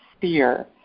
fear